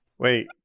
Wait